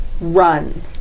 run